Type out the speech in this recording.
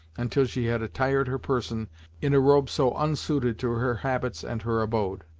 until she had attired her person in a robe so unsuited to her habits and her abode.